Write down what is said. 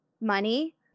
money